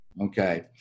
Okay